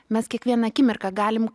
mes kiekvieną akimirką galim